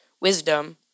Wisdom